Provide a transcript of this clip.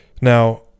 Now